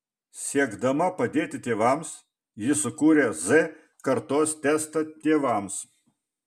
siekdama padėti tėvams ji sukūrė z kartos testą tėvams